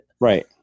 right